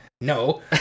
No